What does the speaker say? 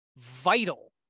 vital